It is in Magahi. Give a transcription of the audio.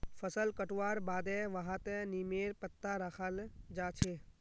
फसल कटवार बादे वहात् नीमेर पत्ता रखाल् जा छे